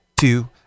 two